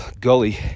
gully